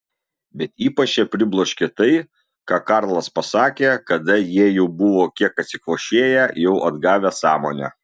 bet ypač ją pribloškė tai ką karlas pasakė kada jie jau buvo kiek atsikvošėję jau atgavę sąmonę